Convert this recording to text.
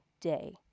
day